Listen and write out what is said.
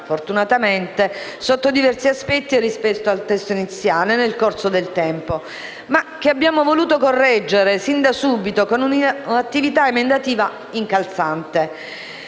fortunatamente - sotto diversi aspetti e rispetto al testo iniziale nel corso del tempo, ma che abbiamo voluto correggere fin da subito con un'attività emendativa incalzante.